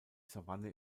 savanne